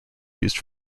used